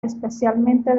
especialmente